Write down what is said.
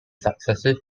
successive